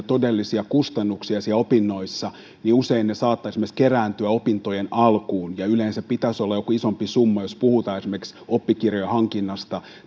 todellisia kustannuksia siellä opinnoissa niin usein ne saattavat esimerkiksi kerääntyä opintojen alkuun ja yleensä pitäisi olla joku isompi summa jos puhutaan esimerkiksi oppikirjojen hankinnasta